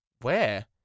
Where